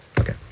Okay